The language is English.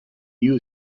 new